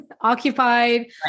Occupied